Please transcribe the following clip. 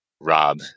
rob